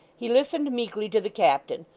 he listened meekly to the captain,